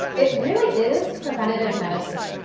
it really is preventative medicine.